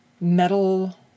metal